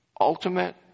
ultimate